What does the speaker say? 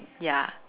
ya